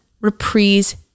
Reprise